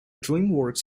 dreamworks